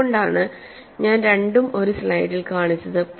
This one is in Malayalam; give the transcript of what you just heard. അതുകൊണ്ടാണ് ഞാൻ രണ്ടും ഒരു സ്ലൈഡിൽ കാണിച്ചത്